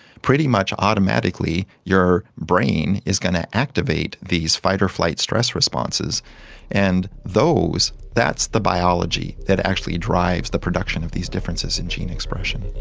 pretty much automatically your brain is going to activate these fight or flight stress responses and that's the biology that actually drives the production of these differences in gene expression.